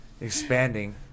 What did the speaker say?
Expanding